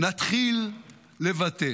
נתחיל לבטל.